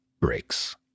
breaks